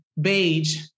beige